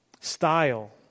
Style